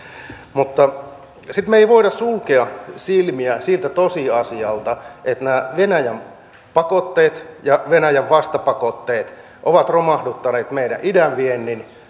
mutta me emme voi sulkea silmiä siltä tosiasialta että venäjän pakotteet ja venäjän vastapakotteet ovat romahduttaneet meidän idän viennin